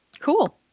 Cool